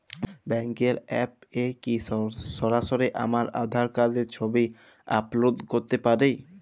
ব্যাংকের অ্যাপ এ কি সরাসরি আমার আঁধার কার্ডের ছবি আপলোড করতে পারি?